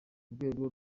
urwego